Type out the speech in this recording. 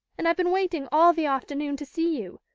and i've been waiting all the afternoon to see you.